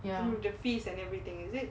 the fees and everything is it